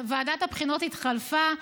ועדת הבחינות התחלפה.